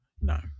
No